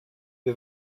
wie